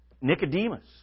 Nicodemus